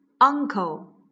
Uncle